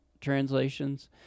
translations